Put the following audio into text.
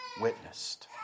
witnessed